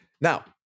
Now